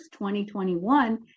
2021